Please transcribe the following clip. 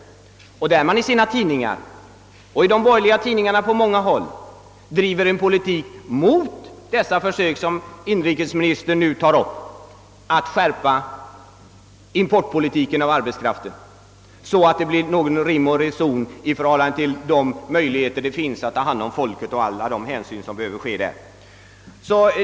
Arbetsgivarna driver även i sina tidningar — liksom de borgerliga tidningarna på många håll — en politik mot dessa försök, som inrikesministern talat om, att skärpa importpolitiken när det gäller arbetskraft, för att det skall bli någon rim och reson i förhållande och en anpassning till de möjligheter vi har att ta hand om folket och att i övrigt ta alla de hänsyn som behövs.